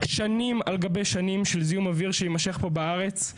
שנים על גבי שנים של זיהום אוויר שיימשך פה בארץ.